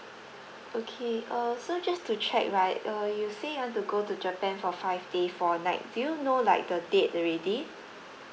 okay uh so just to check right uh you say you want to go to japan for five day four night do you know like the date already